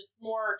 more